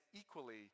equally